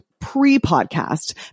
pre-podcast